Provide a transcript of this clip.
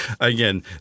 Again